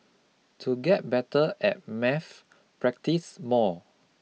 to get better at maths practise more